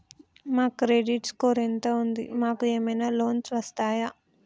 మా credit score ఎంత ఉంది? మాకు ఏమైనా లోన్స్ వస్తయా?